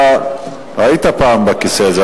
אתה היית פעם בכיסא הזה.